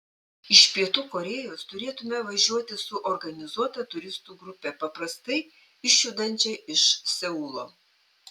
iš pietų korėjos turėtumėte važiuoti su organizuota turistų grupe paprastai išjudančia iš seulo